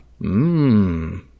Mmm